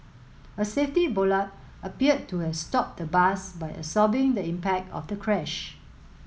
a safety bollard appeared to have stopped the bus by absorbing the impact of the crash